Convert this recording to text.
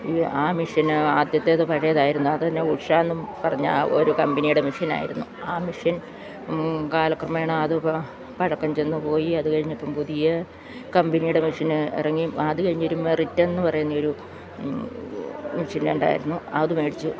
ഈ ആ മെഷീന് ആദ്യത്തേത് പഴയതായിരുന്നു അതുതന്നെ ഉഷയെന്നും പറഞ്ഞ ആ ഒരു കമ്പനിയുടെ മെഷീനായിരുന്നു ആ മെഷീൻ കാലക്രമേണ അത് ഇപ്പം പഴക്കം ചെന്നുപോയി അത് കഴിഞ്ഞപ്പം പുതിയ കമ്പനിയുടെ മെഷീന് ഇറങ്ങിയും അത് കഴിഞ്ഞൊരു മെറിറ്റ് എന്നു പറയുന്നൊരു മെഷീൻ ഉണ്ടായിരുന്നു അത് മേടിച്ചു